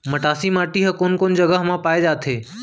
मटासी माटी हा कोन कोन जगह मा पाये जाथे?